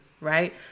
Right